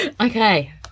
Okay